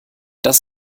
das